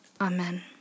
Amen